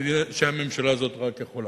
שהממשלה הזאת רק יכולה.